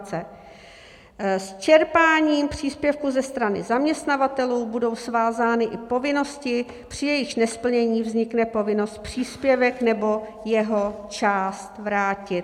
S čerpáním příspěvku ze strany zaměstnavatelů budou svázány i povinnosti, při jejichž nesplnění vznikne povinnost příspěvek nebo jeho část vrátit.